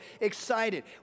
excited